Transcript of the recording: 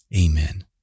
Amen